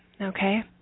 okay